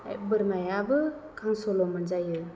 बोरमायाबो गांसोल' मोनजायो